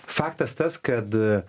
faktas tas kad